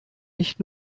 nicht